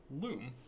Loom